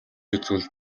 үзвэл